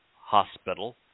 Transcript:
hospital